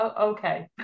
okay